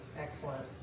excellent